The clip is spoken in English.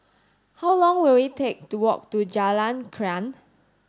how long will it take to walk to Jalan Krian